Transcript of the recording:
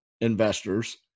investors